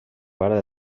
pare